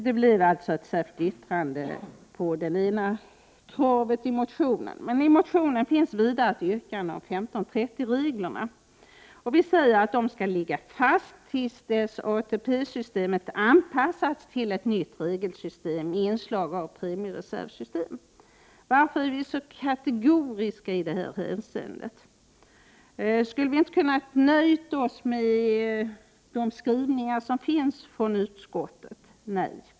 Det blev alltså ett särskilt yttrande för det ena kravet i motionen. I motionen finns vidare ett yrkande om 15 och 30-årsreglerna. Vi säger att reglerna skall ligga fast till dess ATP-systemet anpassats till ett nytt regelsystem med inslag av premiereservsystem. Varför är vi så kategoriska i det här hänseendet? Skulle vi inte ha kunnat nöja oss med de skrivningar som finns från utskottet?